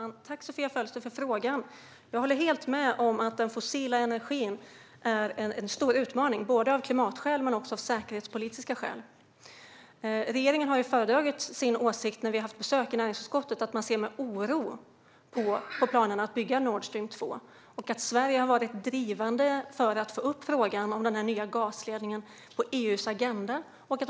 Fru talman! Tack, Sofia Fölster, för frågan! Jag håller helt med om att den fossila energin är en stor utmaning, både av klimatskäl och av säkerhetspolitiska skäl. Regeringen har föredragit sin åsikt vid besök i näringsutskottet. Man ser med oro på planen att bygga Nord Stream 2. Sverige har varit drivande för att få upp frågan om den nya gasledningen på EU:s agenda.